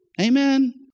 Amen